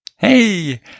Hey